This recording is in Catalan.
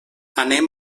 anem